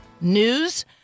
news